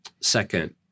second